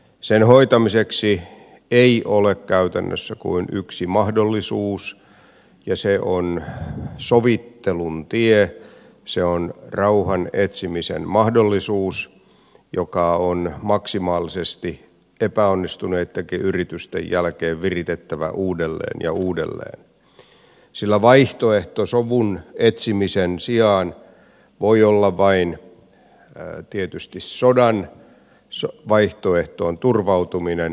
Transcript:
sen hoitamiseksi ei ole käytännössä kuin yksi mahdollisuus ja se on sovittelun tie se on rauhan etsimisen mahdollisuus joka on maksimaalisesti epäonnistuneittenkin yritysten jälkeen viritettävä uudelleen ja uudelleen sillä vaihtoehto sovun etsimisen sijaan voi olla vain tietysti sodan vaihtoehtoon turvautuminen